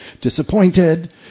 disappointed